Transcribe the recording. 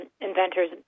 Inventors